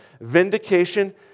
Vindication